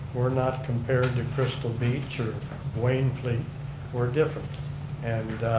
we're not compared to crystal beach or waynflete or different and